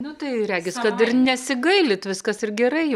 nu tai regis kad ir nesigailit viskas ir gerai juk